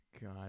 God